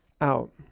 out